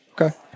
okay